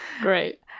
Great